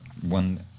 one